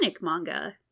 manga